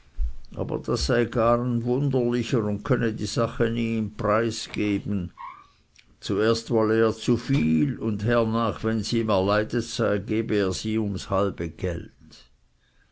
aber der sei gar ein grusam wunderlicher und könne die sache nie im preis geben zuerst wolle er viel zu viel und hernach wenn sie ihm erleidet sei gebe er sie ums halbe geld